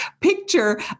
picture